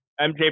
MJ